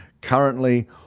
Currently